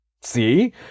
See